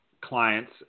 clients